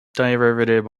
derivative